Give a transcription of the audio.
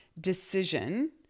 decision